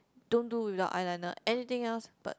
don't do without eyeliner anything else but